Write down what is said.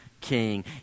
king